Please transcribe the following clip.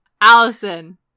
Allison